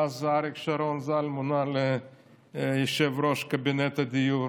ואז אריק שרון ז"ל מונה ליושב-ראש קבינט הדיור,